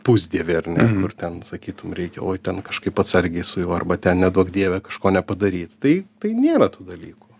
pusdievį ar ne kur ten sakytum reikia oi ten kažkaip atsargiai su juo arba ten neduok dieve kažko nepadaryt tai tai nėra tų dalykų